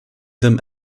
them